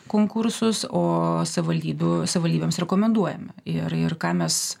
konkursus o savivaldybių savivaldybėms rekomenduojame ir ir ką mes